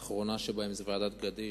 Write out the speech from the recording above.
והאחרונה שבהן היא ועדת-גדיש,